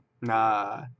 Nah